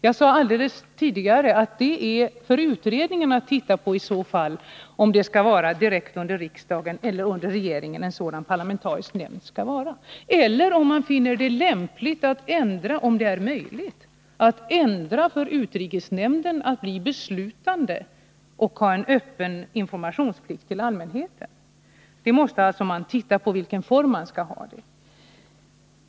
Jag sade tidigare att utredningarna i så fall får ta ställning till om en sådan parlamentarisk nämnd skall vara direkt underställd riksdagen eller regeringen, eller om man finner det lämpligt — och om det är möjligt — att ändra utrikesnämnden till att bli beslutande över vapenexporten och ha en öppen informationsplikt till allmänheten. Man måste titta på vilken form det skall ha.